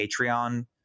Patreon